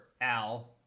Al